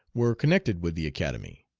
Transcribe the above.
were connected with the academy.